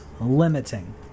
limiting